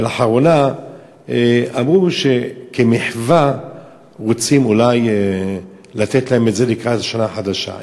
לאחרונה אמרו שכמחווה אולי רוצים לתת להם את זה לקראת השנה החדשה.